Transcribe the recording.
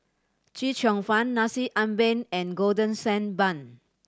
Chee Cheong Fun Nasi Ambeng and Golden Sand Bun